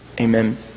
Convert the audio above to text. amen